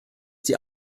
die